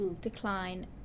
decline